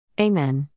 Amen